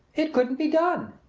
it couldn't be done.